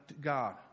God